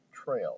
Trail